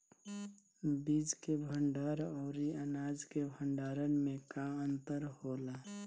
बीज के भंडार औरी अनाज के भंडारन में का अंतर होला?